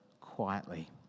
quietly